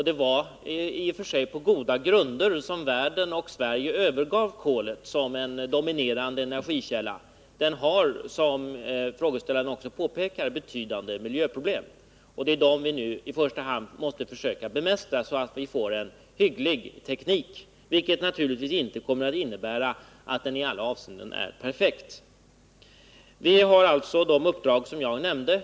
Det var i och för sig på goda grunder som Sverige och världen i övrigt övergav kolet som den dominerande energikällan. Kolet medför, som frågeställaren också påpekade, betydande miljöproblem. Det är dessa vi nu i första hand måste försöka bemästra, så att vi får en hygglig teknik, något som naturligtvis inte kommer att innebära att den i alla avseenden blir perfekt. Vi har alltså de uppdrag som jag nämnde.